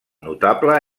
notable